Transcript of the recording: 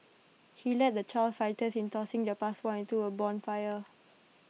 he led the child fighters in tossing their passports into A bonfire